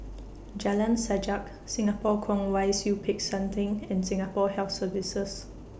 Jalan Sajak Singapore Kwong Wai Siew Peck San Theng and Singapore Health Services